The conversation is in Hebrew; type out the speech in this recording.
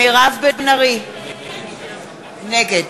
נגד